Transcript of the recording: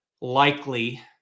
likely